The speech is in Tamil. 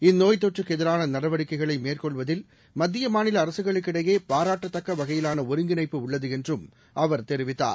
இந்நோய் தொற்றுக்கு எதிரான நடவடிக்கைகளை மேற்கொள்வதில் மத்திய மாநில அரசுகளுக்கிடையே பாராட்டத்தக்க வகையிலான ஒருங்கிணைப்பு உள்ளது என்றும் அவர் தெரிவித்தார்